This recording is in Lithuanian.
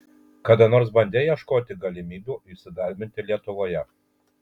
kada nors bandei ieškoti galimybių įsidarbinti lietuvoje